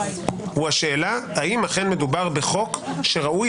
הוא השאלה האם אכן מדובר בחוק שראוי